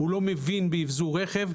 הוא לא מבין באבזור רכב.